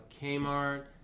Kmart